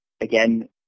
again